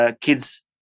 Kids